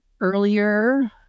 earlier